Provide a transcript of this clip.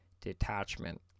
detachment